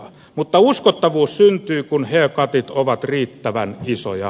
mutta uskottavuus syntyy kun haircutit ovat riittävän isoja